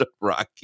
Rocky